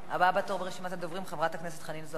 הבאה בתור ברשימת הדוברים היא חברת הכנסת חנין זועבי.